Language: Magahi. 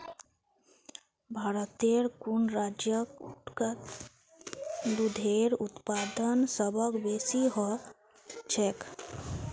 भारतेर कुन राज्यत दूधेर उत्पादन सबस बेसी ह छेक